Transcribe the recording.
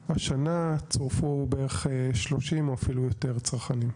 השנה, צורפו בערך 30 או אפילו יותר צרכנים.